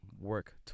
work